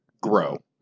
grow